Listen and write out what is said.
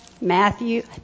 Matthew